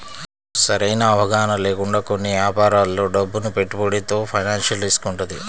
సరైన అవగాహన లేకుండా కొన్ని యాపారాల్లో డబ్బును పెట్టుబడితో ఫైనాన్షియల్ రిస్క్ వుంటది